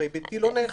הרי ביתי לא נאכף.